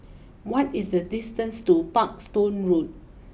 what is the distance to Parkstone Road